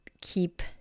keep